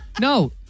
No